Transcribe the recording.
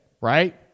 right